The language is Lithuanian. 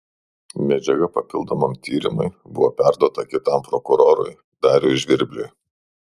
medžiaga papildomam tyrimui buvo perduota kitam prokurorui dariui žvirbliui